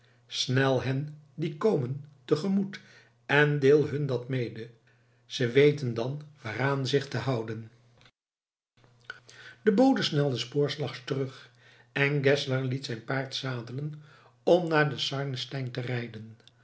snel hen die komen tegemoet en deel hun dat mede ze weten dan waaraan zich te houden de bode snelde spoorslags terug en geszler liet zijn paard zadelen om naar den sarnenstein te rijden